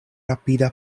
rapida